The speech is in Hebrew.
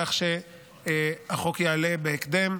כך שהחוק יעלה בהקדם.